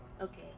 Okay